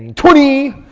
twenty!